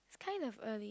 kind of early